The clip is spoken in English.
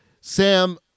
Sam